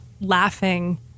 Laughing